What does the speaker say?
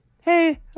hey